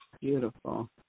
Beautiful